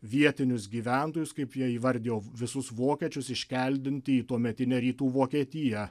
vietinius gyventojus kaip jie įvardijo visus vokiečius iškeldinti į tuometinę rytų vokietiją